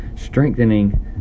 strengthening